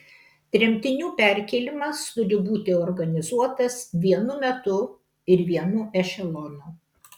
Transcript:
tremtinių perkėlimas turi būti organizuotas vienu metu ir vienu ešelonu